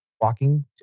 walking